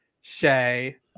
Shay